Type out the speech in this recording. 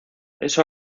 eso